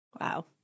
Wow